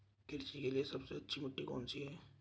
कृषि के लिए सबसे अच्छी मिट्टी कौन सी है?